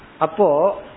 Apo